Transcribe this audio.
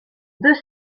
deux